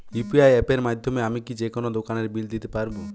UPI অ্যাপের মাধ্যমে আমি কি যেকোনো দোকানের বিল দিতে পারবো?